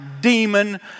demon